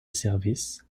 service